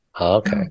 Okay